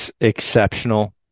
exceptional